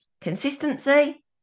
consistency